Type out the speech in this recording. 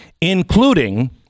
including